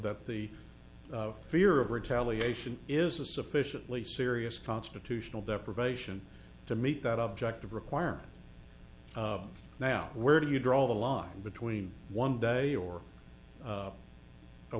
that the fear of retaliation is a sufficiently serious constitutional deprivation to meet that objective requirement now where do you draw the line between one day or a